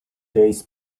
days